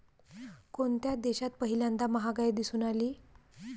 कोणत्या देशात पहिल्यांदा महागाई दिसून आली?